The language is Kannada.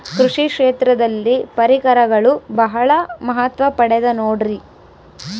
ಕೃಷಿ ಕ್ಷೇತ್ರದಲ್ಲಿ ಪರಿಕರಗಳು ಬಹಳ ಮಹತ್ವ ಪಡೆದ ನೋಡ್ರಿ?